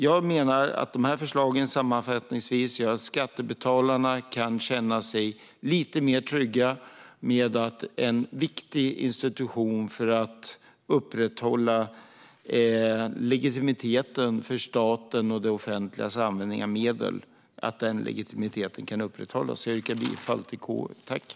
Jag menar sammanfattningsvis att dessa förslag gör att skattebetalarna kan känna sig lite mer trygga med att en viktig institution för att upprätthålla legitimiteten för staten och det offentligas användning av medel kan upprätthållas. Jag yrkar bifall till KU:s förslag.